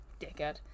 Dickhead